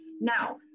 Now